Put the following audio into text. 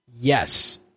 Yes